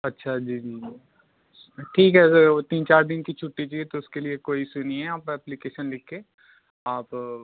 अच्छा जी ठीक है सर वो तीन चार दिन की छुट्टी चाहिए तो उसके लिए कोई इशू नहीं है आप एप्लीकेशन लिख के आप